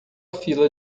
fila